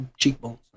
cheekbones